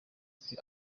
gutwi